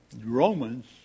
Romans